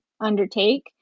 undertake